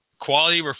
quality